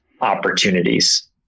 opportunities